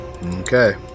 Okay